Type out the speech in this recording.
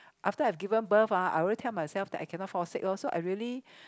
after I've given birth ah I already tell myself that I cannot fall sick loh so I really